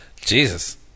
Jesus